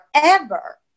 forever